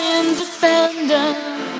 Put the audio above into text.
independent